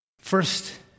First